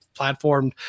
platformed